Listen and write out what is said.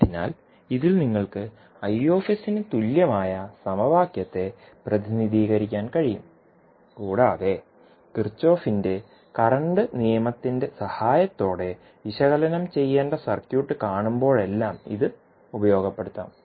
അതിനാൽ ഇതിൽ നിങ്ങൾക്ക് Iന് തുല്യമായ സമവാക്യത്തെ പ്രതിനിധീകരിക്കാൻ കഴിയും കൂടാതെ കിർചോഫിന്റെ കറന്റ് നിയമത്തിന്റെ Kirchhoff's current law സഹായത്തോടെ വിശകലനം ചെയ്യേണ്ട സർക്യൂട്ട് കാണുമ്പോഴെല്ലാം ഇത് ഉപയോഗപ്പെടുത്താം